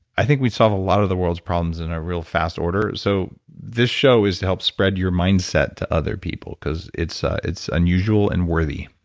i think we'd solve a lot of the world's problems in a real fast order so this show is to help spread your mindset to other people, because it's it's unusual and worthy